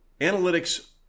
analytics